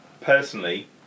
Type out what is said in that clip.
personally